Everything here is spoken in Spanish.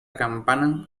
campana